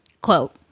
Quote